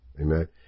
Amen